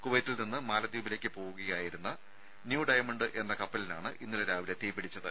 കുവൈറ്റിൽ നിന്ന് മാലദ്വീപിലേക്ക് പോവുകയായിരുന്ന ന്യൂ ഡയമണ്ട് എന്ന കപ്പലിനാണ് ഇന്നലെ രാവിലെ തീ പിടിച്ചത്